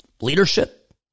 leadership